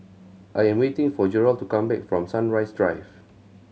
I am waiting for Jerald to come back from Sunrise Drive